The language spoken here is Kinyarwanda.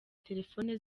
telefone